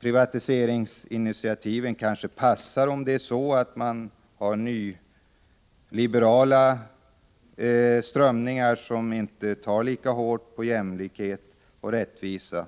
Privatiseringsinitiativen kanske passar — om det är så, att det förekommer nyliberala strömningar som inte tar lika hårt på kraven på jämlikhet och rättvisa.